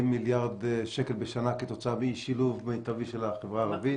מיליארד שקל בשנה כתוצאה מאי שילוב מיטבי של החברה הערבית.